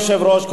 אדוני היושב-ראש,